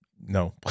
no